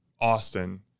Austin